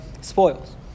spoils